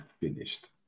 finished